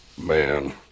Man